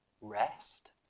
rest